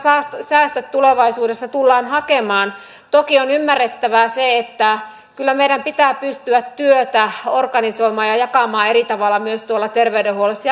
säästöt tulevaisuudessa tullaan hakemaan toki on ymmärrettävä se että kyllä meidän pitää pystyä työtä organisoimaan ja jakamaan eri tavalla myös terveydenhuollossa